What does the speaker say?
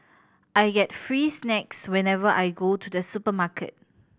I get free snacks whenever I go to the supermarket